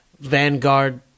Vanguard